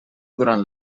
durant